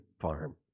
farm